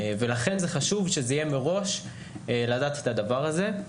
לכן חשוב מראש לדעת את הדבר הזה.